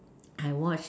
I watch